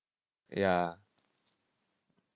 ya